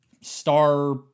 star